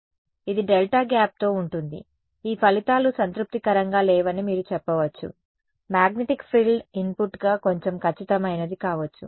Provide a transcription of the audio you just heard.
కాబట్టి ఇది డెల్టా గ్యాప్తో ఉంటుంది ఈ ఫలితాలు సంతృప్తికరంగా లేవని మీరు చెప్పవచ్చు మాగ్నెటిక్ ఫ్రిల్ ఇన్పుట్గా కొంచెం ఖచ్చితమైనది కావచ్చు